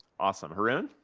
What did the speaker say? awesome. haroon.